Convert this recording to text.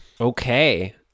Okay